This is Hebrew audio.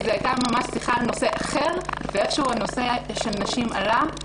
זו הייתה שיחה על נושא אחר ואיכשהו נושא הנשים עלה.